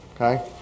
Okay